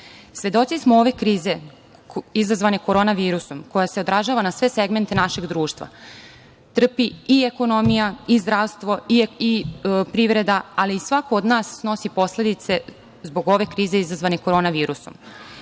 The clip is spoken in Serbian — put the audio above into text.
bolesti. Svedoci smo ove krize izazvane korona virusom, koja se odražava na sve segmente našeg društva. Trpi i ekonomija i zdravstvo i privreda, ali i svako od nas snosi posledice zbog ove krize izazvane korona virusom. Isto